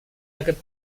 aquest